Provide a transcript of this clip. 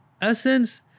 essence